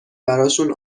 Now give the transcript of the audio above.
براشون